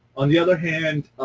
on the other hand,